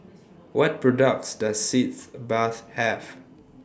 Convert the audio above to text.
What products Does Sitz Bath Have